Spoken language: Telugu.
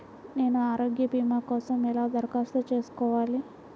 నేను ఆరోగ్య భీమా కోసం ఎలా దరఖాస్తు చేసుకోవాలి?